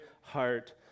heart